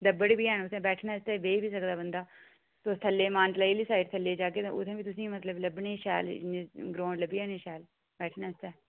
दब्बड़ बी हैन उत्थै बैठने आस्तै बेही बी सकदा बंदा तुस थल्लै मानतलाई आह्ली साइड थल्लै जाह्गे तां उत्थै तुसेंगी मतलब लब्भने शैल ग्रौंड लब्भी जानी शैल बैठने आस्तै